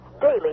Daily